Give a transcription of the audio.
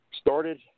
started